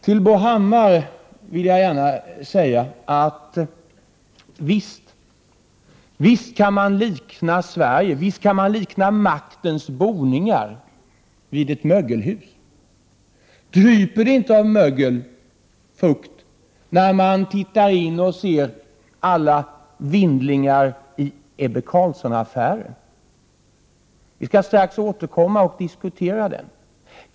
Till Bo Hammar vill jag gärna säga att visst kan man likna maktens boningar vid ett mögelhus. Finner man inte att det dryper av mögel, av fukt, när man tittar in och ser alla vindlingar i Ebbe Carlsson-affären? Vi skall strax återkomma och diskutera den.